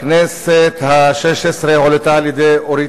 בכנסת השש-עשרה היא הועלתה על-ידי אורית